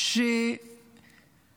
שהוא